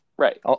Right